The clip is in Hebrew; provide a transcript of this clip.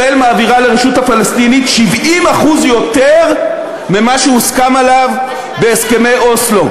ישראל מעבירה לרשות הפלסטינית 70% יותר ממה שהוסכם עליו בהסכמי אוסלו.